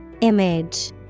Image